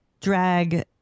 drag